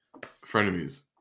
frenemies